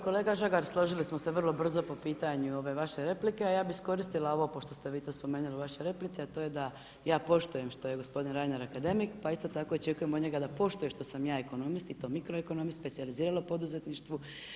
Kolega Žagar, složili smo se vrlo brzo po pitanju ove vaše replike a ja bih iskoristila ovo pošto ste vi to spomenuli u vašoj replici a to je da ja poštujem što je gospodin Reiner akademik pa isto tako očekujem od njega da poštuje što sam ja ekonomist i to mikroekonomist, specijalizirala u poduzetništvu.